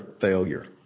failure